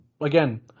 again